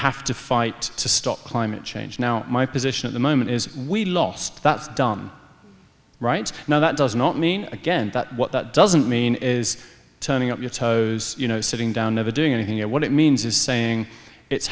have to fight to stop climate change now my position at the moment is we lost that's done right now that does not mean again that what that doesn't mean is turning up your toes you know sitting down never doing anything you know what it means is saying it's